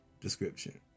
description